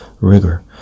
rigor